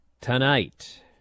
tonight